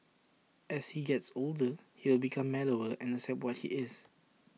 as he gets older he will become mellower and accept what he is